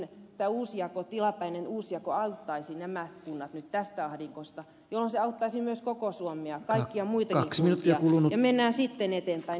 tämä tilapäinen uusjako auttaisi nämä kunnat tästä ahdingosta jolloin se auttaisi myös koko suomea kaikkia muitakin kuntia ja mennään sitten eteenpäin